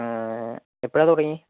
എപ്പോഴാണ് തുടങ്ങിയത്